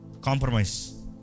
compromise